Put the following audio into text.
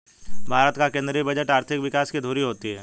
भारत का केंद्रीय बजट आर्थिक विकास की धूरी होती है